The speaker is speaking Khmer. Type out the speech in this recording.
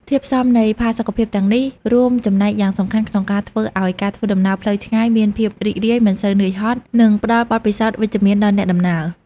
ធាតុផ្សំនៃផាសុកភាពទាំងអស់នេះរួមចំណែកយ៉ាងសំខាន់ក្នុងការធ្វើឱ្យការធ្វើដំណើរផ្លូវឆ្ងាយមានភាពរីករាយ មិនសូវនឿយហត់ និងផ្តល់បទពិសោធន៍វិជ្ជមានដល់អ្នកដំណើរ។